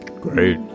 great